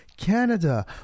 Canada